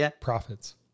profits